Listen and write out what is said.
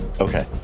Okay